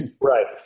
Right